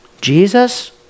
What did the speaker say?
Jesus